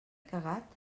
cagat